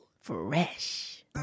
Fresh